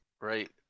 Right